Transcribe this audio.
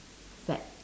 fad